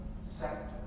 sector